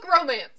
romance